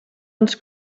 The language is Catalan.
ens